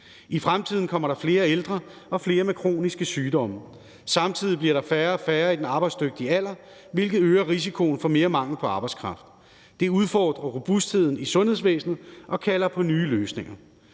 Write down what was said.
I fremtiden kommer der flere ældre og flere med kroniske sygdomme. Samtidig bliver der færre og færre i den arbejdsdygtige alder, hvilket øger risikoen for mere mangel på arbejdskraft. Det udfordrer robustheden i sundhedsvæsenet og kalder på nye løsninger.